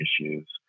issues